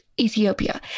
Ethiopia